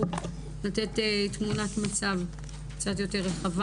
ותיתנו לנו תמונת מצב קצת יותר רחבה,